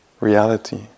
reality